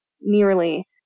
nearly